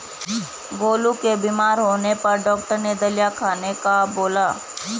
गोलू के बीमार होने पर डॉक्टर ने दलिया खाने का बोला